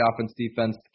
offense-defense